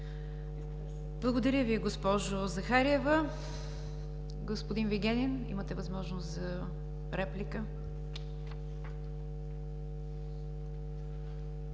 Благодаря Ви, госпожо Захариева. Господин Вигенин, имате възможност за реплика.